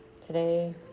Today